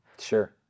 Sure